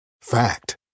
Fact